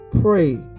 Pray